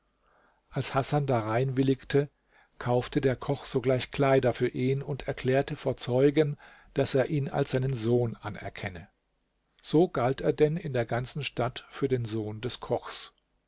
als hasan darein willigte kaufte der koch sogleich kleider für ihn und erklärte vor zeugen daß er ihn als seinen sohn anerkenne so galt er denn in der ganzen stadt für den sohn des kochs